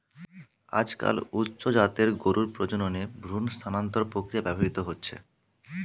আজকাল উচ্চ জাতের গরুর প্রজননে ভ্রূণ স্থানান্তর প্রক্রিয়া ব্যবহৃত হচ্ছে